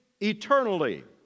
eternally